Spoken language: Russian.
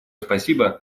спасибо